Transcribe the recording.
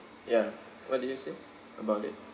ya what did you say about it